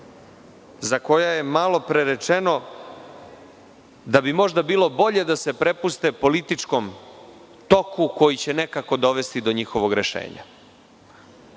za koja je malopre rečeno da bi možda bilo bolje da se prepuste političkom toku koji će nekako dovesti do njihovog